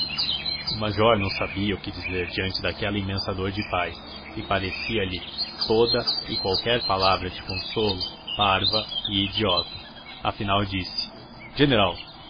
o major não sabia o que dizer diante daquela imensa dor de pai e parecia-lhe toda e qualquer palavra de consolo parva e idiota afinal disse general